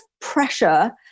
pressure